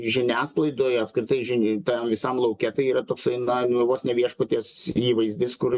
žiniasklaidoj apskritai žin tam visam lauke tai yra toksai na nu vos ne viešpaties įvaizdis kur